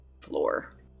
floor